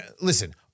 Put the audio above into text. Listen